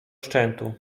szczętu